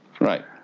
Right